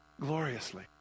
Gloriously